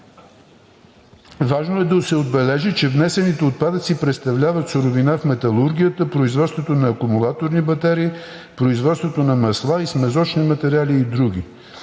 Важно е да се отбележи, че внесените отпадъци представляват суровина в металургията, производството на акумулаторни батерии, производството на масла и смазочни материали и други.